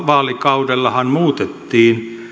vaalikaudellahan muutettiin